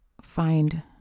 find